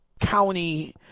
county